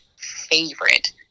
favorite